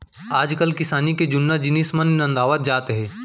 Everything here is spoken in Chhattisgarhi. आजकाल किसानी के जुन्ना जिनिस मन नंदावत जात हें